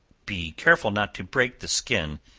be careful not to break the skin,